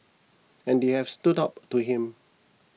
and they have stood up to him